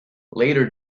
later